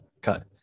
cut